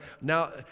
now